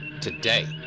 today